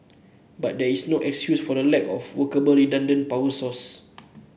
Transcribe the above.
but there is no excuse for lack of workable redundant power source